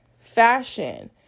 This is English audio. fashion